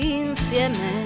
insieme